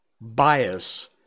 bias